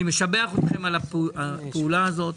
אני משבח אתכם על הפעולה הזו.